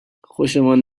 خوشمان